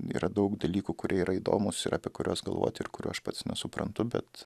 yra daug dalykų kurie yra įdomūs ir apie kuriuos galvoti ir kurių aš pats nesuprantu bet